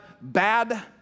bad